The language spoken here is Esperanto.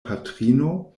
patrino